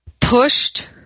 pushed